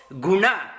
Guna